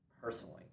personally